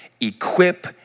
equip